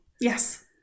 Yes